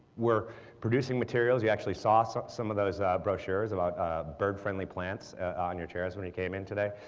we're producing materials, you actually saw saw some of those brochures about bird friendly plants on your chairs when you came in today,